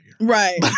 right